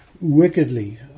wickedly